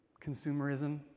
consumerism